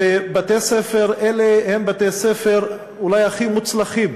ובתי-הספר האלה הם אולי בתי-ספר הכי מוצלחים